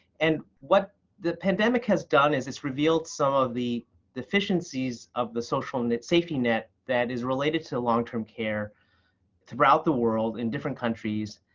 and what the pandemic has done is it's revealed some of the deficiencies of the social safety net that is related to long-term care throughout the world in different countries,